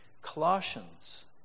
Colossians